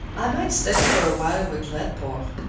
i might study for a while with laidpore.